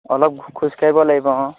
অলপ খোজকাঢ়িব লাগিব অঁ